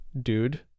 dude